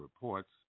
reports